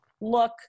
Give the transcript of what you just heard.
look